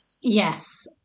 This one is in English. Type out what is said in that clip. Yes